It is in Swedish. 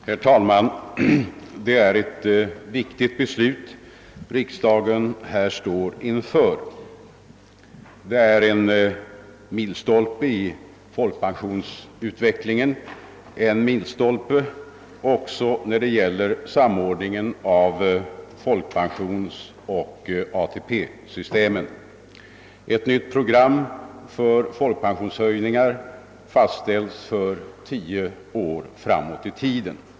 Herr talman! Det är ett viktigt beslut riksdagen här står inför. Det är en milstolpe i pensionsutvecklingen, en milstolpe också när det gäller samordningen av folkpensionsoch ATP-systemen. Ett nytt program för folkpensionshöjningar fastställs för tio år framåt i tiden.